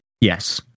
yes